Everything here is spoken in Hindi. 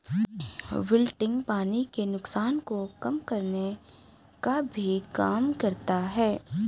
विल्टिंग पानी के नुकसान को कम करने का भी काम करता है